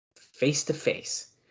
face-to-face